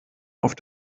auf